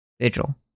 vigil